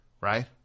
right